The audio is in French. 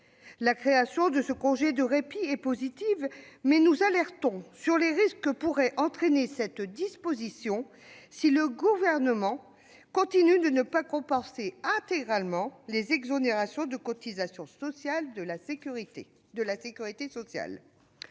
La création de ce congé de répit est positive, mais nous alertons sur les risques que pourrait entraîner cette disposition si le Gouvernement continue de ne pas compenser intégralement les exonérations de cotisations sociales à la sécurité sociale.